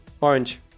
Orange